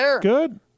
good